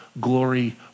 glory